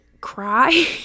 cry